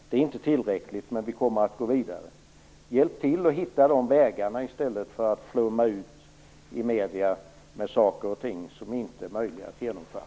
Det är inte tillräckligt, men vi kommer att gå vidare. Hjälp till att hitta de vägarna i stället för att flumma i medierna med saker och ting som inte är möjliga att genomföra!